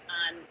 on